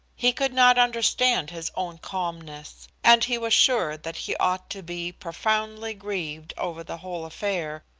he could not understand his own calmness, and he was sure that he ought to be profoundly grieved over the whole affair,